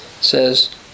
says